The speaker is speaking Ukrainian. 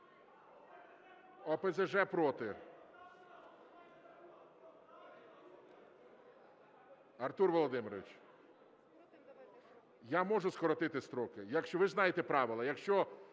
ОПЗЖ – проти. Артур Володимирович, я можу скоротити строки. Ви ж знаєте правила,